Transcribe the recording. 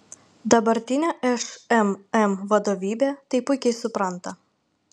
dabartinė šmm vadovybė tai puikiai supranta